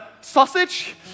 sausage